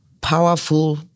powerful